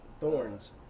Thorns